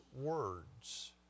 words